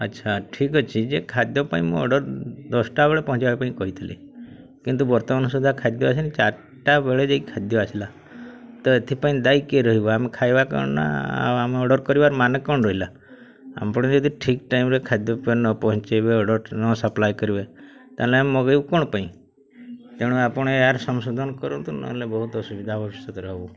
ଆଚ୍ଛା ଠିକ୍ ଅଛି ଯେ ଖାଦ୍ୟ ପାଇଁ ମୁଁ ଅର୍ଡ଼ର୍ ଦଶଟା ବେଳେ ପହଞ୍ଚେଇବା ପାଇଁ କହିଥିଲି କିନ୍ତୁ ବର୍ତ୍ତମାନ ସୁଦ୍ଧା ଖାଦ୍ୟ ଆସିଲାଣି ଚାରିଟା ବେଳେ ଯାଇ ଖାଦ୍ୟ ଆସିଲା ତ ଏଥିପାଇଁ ଦାୟୀ କିଏ ରହିବ ଆମେ ଖାଇବା କ'ଣ ନା ଆମେ ଅର୍ଡ଼ର୍ କରିବାର ମାନେ କ'ଣ ରହିଲା ଆପଣ ଯଦି ଠିକ୍ ଟାଇମ୍ରେ ଖାଦ୍ୟ ପାଇଁ ନ ପହଞ୍ଚେଇବେ ଅର୍ଡ଼ର୍ ନ ସପ୍ଲାଏ କରିବେ ତାହେଲେ ଆମେ ମଗେଇବୁ କ'ଣ ପାଇଁ ତେଣୁ ଆପଣ ୟା'ର ସଂଶୋଧନ କରନ୍ତୁ ନହେଲେ ବହୁତ ଅସୁବିଧା ଭବିଷ୍ୟତରେ ହେବ